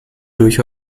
durch